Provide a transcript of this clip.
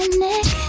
neck